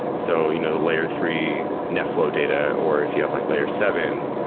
so you know layer three netflow data or if you have like layer seven,